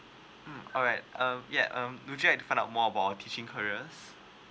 um alright um yeah um do you would like to find out more about our teaching careers